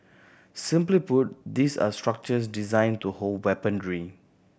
simply put these are structures designed to hold weaponry